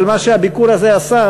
אבל מה שהביקור הזה עשה,